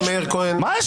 ואם חלפה שנה - הכנסת החדשה